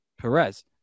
Perez